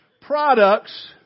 products